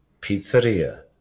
pizzeria